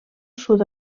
sud